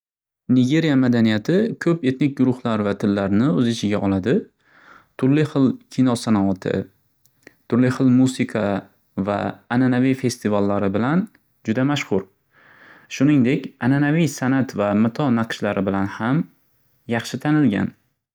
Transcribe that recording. Nigeriya madaniyati ko'p etnik guruhlar va tillarni o'z ichiga oladi. Turli xil kino sanoati, turli xil musiqa va ananaviy festivallari bilan juda mashxur. Shuningdek ananaviy san'at va mato naqshlari bilan ham yaxshi tanilgan.